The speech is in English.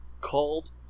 called